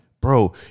Bro